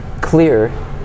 clear